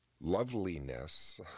Loveliness